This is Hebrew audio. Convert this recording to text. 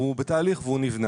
והוא בתהליך והוא נבנה.